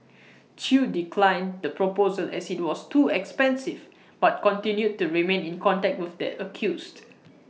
chew declined the proposal as IT was too expensive but continued to remain in contact with the accused